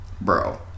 Bro